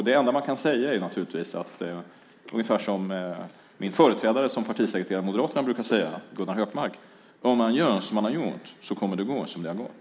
Det enda man kan säga är vad min företrädare som partisekreterare i Moderaterna, Gunnar Hökmark, brukade säga: Om man gör som man har gjort så kommer det att gå som det har gått.